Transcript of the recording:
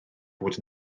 bod